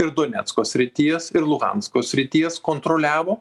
ir donecko srities ir luhansko srities kontroliavo